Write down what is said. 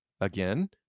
again